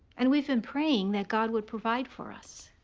and we've been praying that god would provide for us.